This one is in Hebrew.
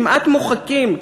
כמעט מוחקים,